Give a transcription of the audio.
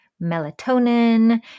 melatonin